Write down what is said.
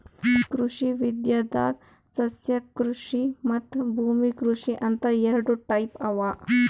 ಕೃಷಿ ವಿದ್ಯೆದಾಗ್ ಸಸ್ಯಕೃಷಿ ಮತ್ತ್ ಭೂಮಿ ಕೃಷಿ ಅಂತ್ ಎರಡ ಟೈಪ್ ಅವಾ